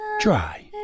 Try